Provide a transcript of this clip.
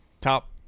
top